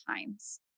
times